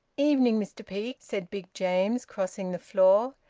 evening, mr peake, said big james, crossing the floor,